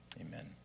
Amen